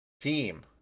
team